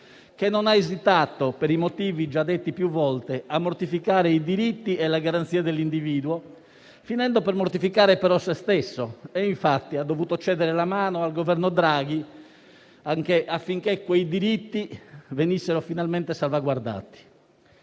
che non ha esitato, per i motivi già detti più volte, a mortificare i diritti e le garanzie dell'individuo, finendo per mortificare, però, se stesso, e infatti ha dovuto cedere la mano al Governo Draghi affinché quei diritti venissero finalmente salvaguardati.